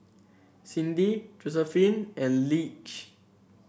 Cindi Josephine and Lige